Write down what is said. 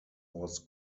was